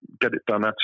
get-it-done